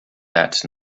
that